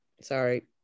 Sorry